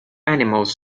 animals